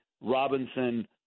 Robinson